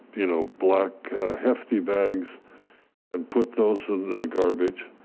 you know, black hefty bags and put those and the garbage.